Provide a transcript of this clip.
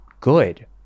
good